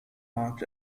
markt